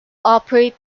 operate